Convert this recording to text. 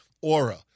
aura